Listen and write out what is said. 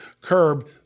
Curb